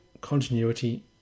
continuity